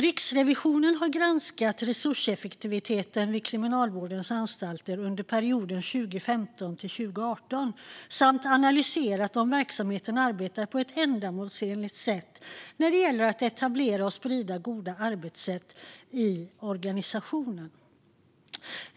Riksrevisionen har granskat resurseffektiviteten på Kriminalvårdens anstalter under perioden 2015-2018 samt analyserat om verksamheten arbetar på ett ändamålsenligt sätt när det gäller att etablera och sprida goda arbetssätt i organisationen.